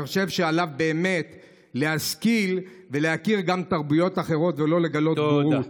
אני חושב שעליו באמת להשכיל ולהכיר גם תרבויות אחרות ולא לגלות בורות.